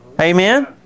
Amen